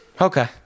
Okay